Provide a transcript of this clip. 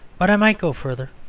but i might go further.